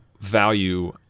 value